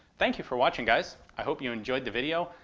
thank you for watching, guys. i hope you enjoyed the video.